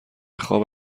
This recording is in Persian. خواب